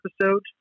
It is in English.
episode